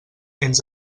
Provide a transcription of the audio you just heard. ens